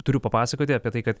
turiu papasakoti apie tai kad